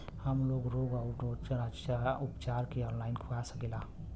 हमलोग रोग अउर ओकर उपचार भी ऑनलाइन पा सकीला?